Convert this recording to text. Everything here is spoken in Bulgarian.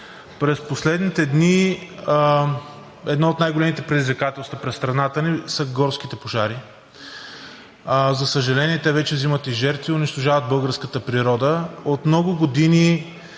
През последните дни едно от най-големите предизвикателства пред страната ни са горските пожари. За съжаление, те вече взимат и жертви, унищожават българската природа. От много години